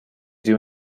due